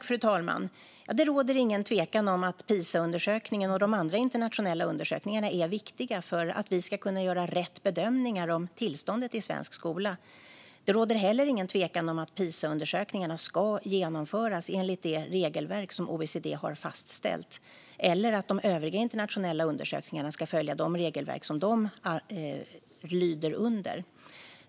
Fru talman! Det råder ingen tvekan om att Pisaundersökningen och de andra internationella undersökningarna är viktiga för att vi ska kunna göra rätt bedömningar om tillståndet i svensk skola. Det råder heller ingen tvekan om att Pisaundersökningarna ska genomföras enligt de regelverk som OECD har fastställt eller att de övriga internationella undersökningarna ska följa de regelverk som de lyder under.